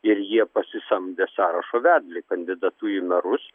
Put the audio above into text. ir jie pasisamdė sąrašo vedlį kandidatu į merus